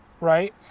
right